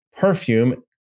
perfume